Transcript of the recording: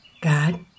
God